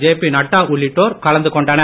JP Nadda உள்ளிட்டோர் கலந்து கொண்டனர்